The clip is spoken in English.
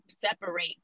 separate